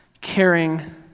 caring